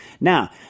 Now